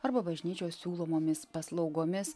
arba bažnyčios siūlomomis paslaugomis